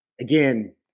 again